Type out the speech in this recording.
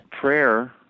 Prayer